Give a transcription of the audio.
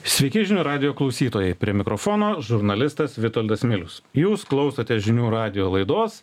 sveiki žinių radijo klausytojai prie mikrofono žurnalistas vitoldas milius jūs klausote žinių radijo laidos